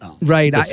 Right